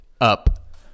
up